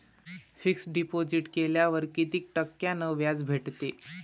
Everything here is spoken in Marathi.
फिक्स डिपॉझिट केल्यावर कितीक टक्क्यान व्याज भेटते?